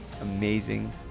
amazing